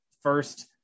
first